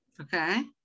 Okay